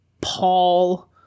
Paul